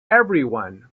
everyone